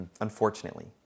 Unfortunately